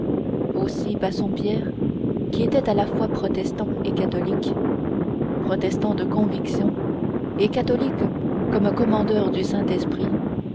aussi bassompierre qui était à la fois protestant et catholique protestant de conviction et catholique comme commandeur du saintesprit